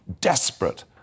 desperate